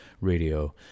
radio